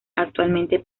actualmente